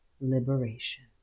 liberation